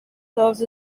served